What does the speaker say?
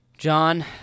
John